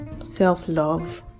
self-love